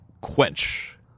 quench